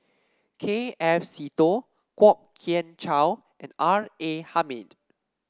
K F Seetoh Kwok Kian Chow and R A Hamid